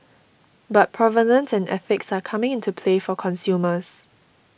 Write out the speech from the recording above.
but provenance and ethics are coming into play for consumers